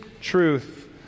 truth